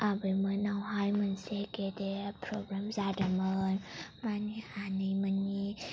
आबै मोनावहाय मोनसे गेदेर फ्रग्राम जादोंमोन माने आनै मोननि